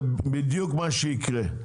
זה בדיוק מה שיקרה.